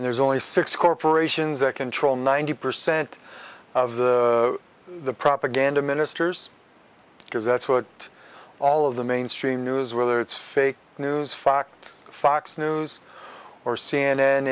and there's only six corporations that control ninety percent of the propaganda ministers because that's what all of the mainstream news whether it's fake news fox fox news or c